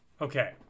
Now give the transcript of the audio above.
Okay